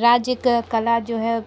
राज्य क कला जो है